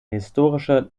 historische